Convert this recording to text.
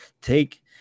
take